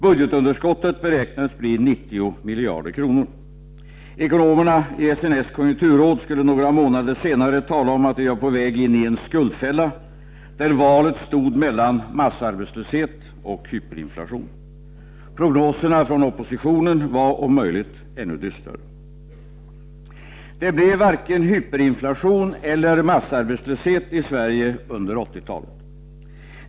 Budgetunderskottet beräknades bli 90 miljarder kronor. Ekonomerna i SNS konjunkturråd skulle några månader senare tala om att vi var på väg in i en ”skuldfälla”, där valet stod mellan ”massarbetslöshet” och ”hyperinflation”. Prognoserna från oppositionen var, om möjligt, ännu dystrare. Det blev varken hyperinflation eller massarbetslöshet i Sverige under 80 talet.